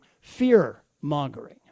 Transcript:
fear-mongering